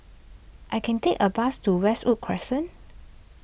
I can take a bus to Westwood Crescent